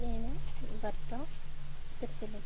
నేను భర్త ఇద్దరు పిల్లలు